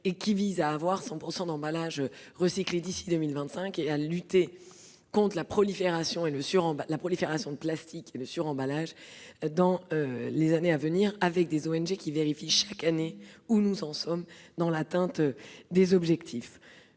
Le but est d'avoir 100 % d'emballages recyclés d'ici à 2025 et de lutter contre la prolifération de plastique et le suremballage dans les années à venir, avec des ONG qui vérifient chaque année où nous en sommes. Le Premier ministre